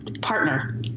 partner